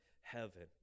heaven